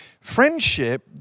Friendship